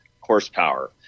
horsepower